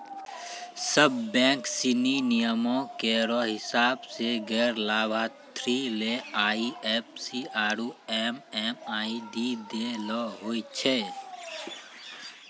सब बैंक सिनी नियमो केरो हिसाब सें गैर लाभार्थी ले आई एफ सी आरु एम.एम.आई.डी दै ल होय छै